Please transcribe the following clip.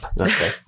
Okay